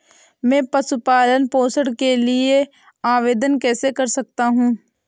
मैं पशु पालन पोषण के लिए आवेदन कैसे कर सकता हूँ?